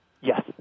yes